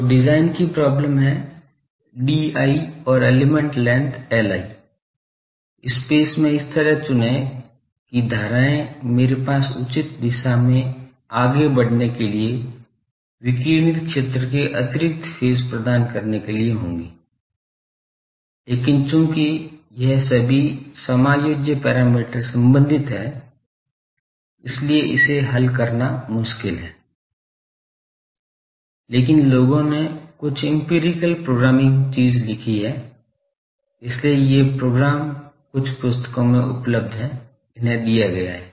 तो डिजाइन की प्रॉब्लम है di और एलिमेंट लेंथ li स्पेस में इस तरह चुनें की धाराएं मेरे पास उचित दिशा में आगे बढ़ने के लिए विकिरणित क्षेत्र के अतिरिक्त फेज प्रदान करने के लिए होंगी लेकिन चूंकि यह सभी समायोज्य पैरामीटर संबंधित हैं इसलिए इसे हल करना मुश्किल है लेकिन लोगों ने कुछ इम्पीरिकल प्रोग्रामिंग चीज लिखी है इसलिए ये प्रोग्राम कुछ पुस्तकों में उपलब्ध हैं इन्हें दिया गया है